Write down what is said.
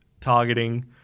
targeting